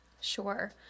Sure